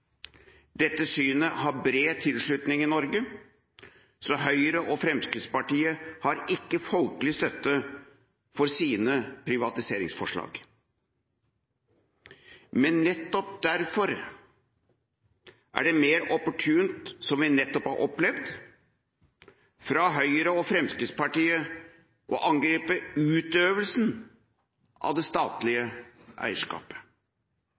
Dette synet har bred tilslutning i Norge, så Høyre og Fremskrittspartiet har ikke folkelig støtte for sine privatiseringsforslag. Men nettopp derfor er det mer opportunt – som vi nettopp har opplevd – for Høyre og Fremskrittspartiet å angripe utøvelsen av det statlige eierskapet.